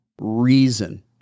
reason